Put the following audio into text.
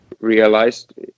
realized